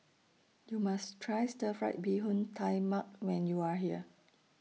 YOU must Try Stir Fried Mee Tai Mak when YOU Are here